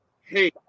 hey